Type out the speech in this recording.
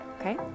Okay